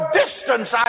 distance